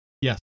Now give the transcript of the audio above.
Yes